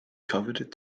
coveted